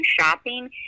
shopping